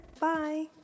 Bye